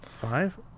Five